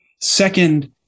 Second